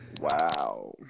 Wow